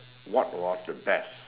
what was the best